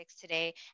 today